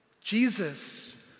Jesus